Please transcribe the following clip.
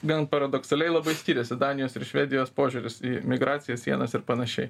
gan paradoksaliai labai skiriasi danijos ir švedijos požiūris į migracijas sienas ir panašiai